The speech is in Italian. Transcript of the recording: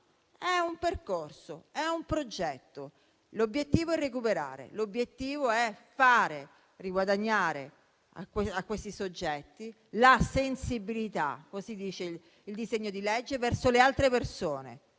è un percorso, è un progetto. L'obiettivo è recuperare; l'obiettivo è fare riguadagnare a questi soggetti la sensibilità (così dice il disegno di legge) verso le altre persone,